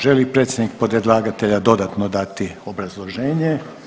Želi li predstavnik predlagatelja dodatno dati obrazloženje?